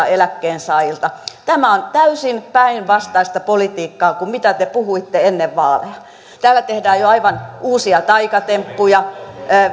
eläkkeensaajilta tämä on täysin päinvastaista politiikkaa kuin mitä te puhuitte ennen vaaleja täällä tehdään jo aivan uusia taikatemppuja